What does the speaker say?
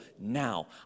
now